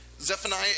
Zephaniah